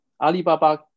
Alibaba